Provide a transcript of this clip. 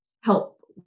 help